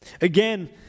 Again